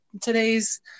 today's